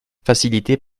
facilités